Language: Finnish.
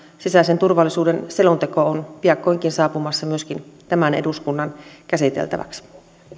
sisäisen turvallisuuden selonteko on piakkoinkin saapumassa myöskin tämän eduskunnan käsiteltäväksi